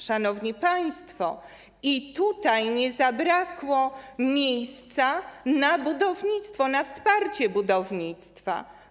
Szanowni państwo, tutaj nie zabrakło miejsca na budownictwo, na wsparcie budownictwa.